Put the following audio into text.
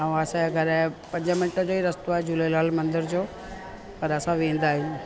ऐं असांजे घर जो पंज मिंट जो ई रस्तो आहे झूलेलाल मंदर जो पर असां वेंदा आहियूं